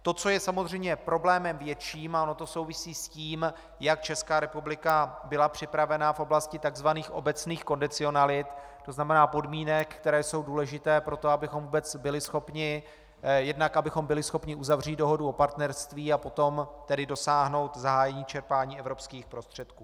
To, co je samozřejmě problémem větším, ono to souvisí s tím, jak Česká republika byla připravena v oblasti tzv. obecných kondicionalit, to znamená podmínek, které jsou důležité pro to, abychom jednak byli schopni uzavřít dohodu o partnerství a potom tedy dosáhnout zahájení čerpání evropských prostředků.